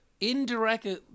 indirectly